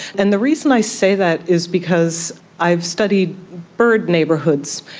and the reason i say that is because i have studied bird neighbourhoods,